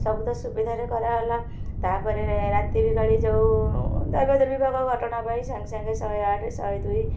ସବୁ ତ ସୁବିଧାରେ କରାଗଲା ତା ପରେ ରାତି ବିକାଳୀ ଯୋଉ ଦୈବ ଦୁର୍ବିପାକ ଘଟଣା ପାଇଁ ସାଙ୍ଗେ ସାଙ୍ଗେ ଶହେ ଆଠ ଶହେ ଦୁଇ